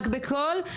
רק בקול,